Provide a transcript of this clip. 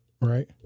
Right